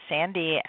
Sandy